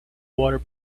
water